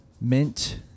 mint